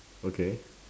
okay